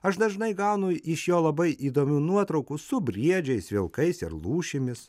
aš dažnai gaunu iš jo labai įdomių nuotraukų su briedžiais vilkais ir lūšimis